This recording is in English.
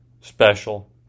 special